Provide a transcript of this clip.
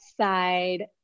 side